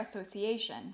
Association